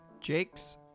Jake's